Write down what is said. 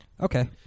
Okay